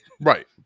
Right